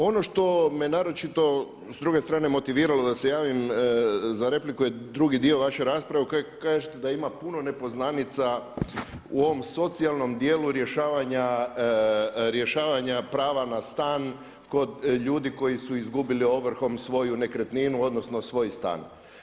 Ono što me naročito s druge strane motiviralo da se javim za repliku je drugi dio vaše rasprave u kojoj kažete da ima puno nepoznanica u ovom socijalnom dijelu rješavanja prava na stan kod ljudi koji su izgubili ovrhom svoju nekretninu, odnosno svoj stan.